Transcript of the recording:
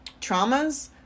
traumas